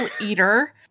Eater